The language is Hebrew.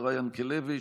השרה ינקלביץ',